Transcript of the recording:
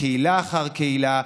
קהילה אחר קהילה,